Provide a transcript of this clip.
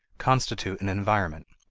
constitute an environment.